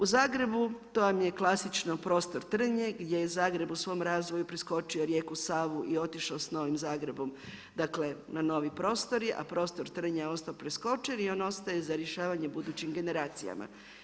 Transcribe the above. U Zagrebu to vam je klasično prostor Trnje gdje je Zagreb u svom razvoju preskočio rijeku Savu i otišao sa Novim Zagrebom dakle na novi prostor a prostor Trnja je ostao preskočen i on ostaje za rješavanje budućim generacijama.